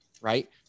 right